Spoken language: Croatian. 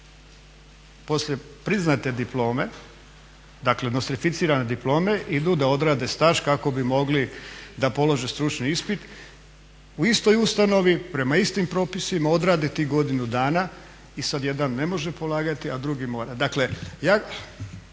poslije priznate diplome, dakle nostrificirane diplome idu da odrade staž kako bi mogli položiti stručni ispit, u istoj ustanovi, prema istim propisima odrade tih godinu dana i sad jedan ne može polagati, a drugi mora.